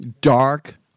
dark